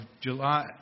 July